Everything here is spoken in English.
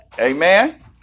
Amen